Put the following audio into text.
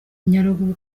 nyaruguru